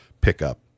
pickup